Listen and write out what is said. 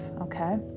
okay